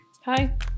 Hi